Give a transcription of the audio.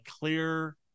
clear